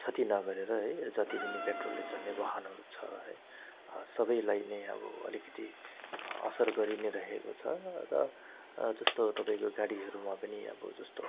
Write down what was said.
क्षति नगरेर है जति पनि पेट्रोलले चल्ने वाहनहरू छ है सबैलाई नै अब अलिकति असर गरिनै रहेको छ र जस्तो तपाईँको गाडीहरूमा पनि अब जस्तो